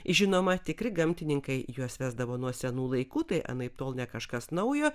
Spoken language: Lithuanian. žinoma tikri gamtininkai juos vesdavo nuo senų laikų tai anaiptol ne kažkas naujo